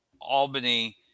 Albany